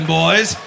boys